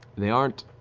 they aren't